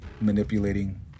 manipulating